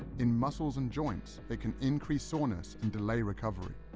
in muscles and joints, it can increase soreness and delay recovery.